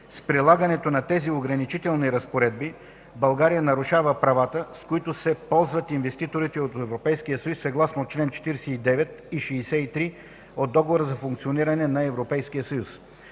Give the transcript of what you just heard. с прилагането на тези ограничителни разпоредби България нарушава правата, с които се ползват инвеститорите от Европейския съюз съгласно чл. 49 и 63 от Договора за функционирането на